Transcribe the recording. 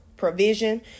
provision